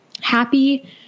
happy